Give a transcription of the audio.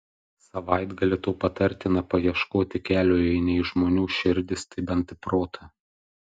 savaitgalį tau patartina paieškoti kelio jei ne į žmonių širdis tai bent į protą